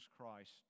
christ